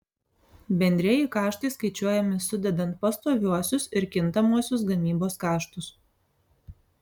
bendrieji kaštai skaičiuojami sudedant pastoviuosius ir kintamuosius gamybos kaštus